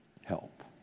help